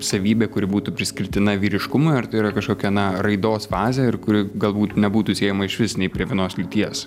savybė kuri būtų priskirtina vyriškumui ar yra kažkokia na raidos fazė ir kuri galbūt nebūtų siejama išvis nei prie vienos lyties